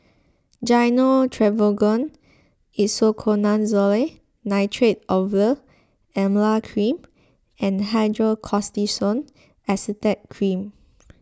Gyno Travogen Isoconazole Nitrate Ovule Emla Cream and Hydrocortisone Acetate Cream